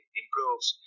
improves